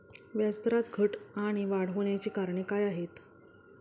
व्याजदरात घट आणि वाढ होण्याची कारणे काय आहेत?